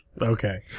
Okay